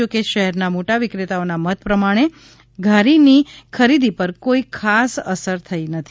જોકે શહેરના મોટા વિક્રેતાઓના મત પ્રમાણે ઘારીની ખરીદી પર કોઈ ખાસ અસર થઈ નથી